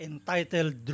Entitled